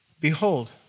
Behold